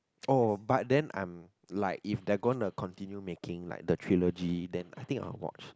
oh but then I am like if they're gonna continue making like the trailer G I think I will watch